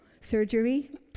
surgery